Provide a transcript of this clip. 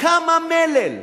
כמה מלל,